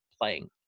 playing